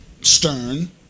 stern